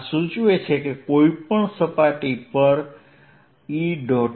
આ સૂચવે છે કે કોઈપણ સપાટી પર E